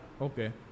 okay